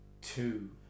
two